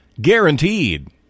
Guaranteed